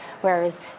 whereas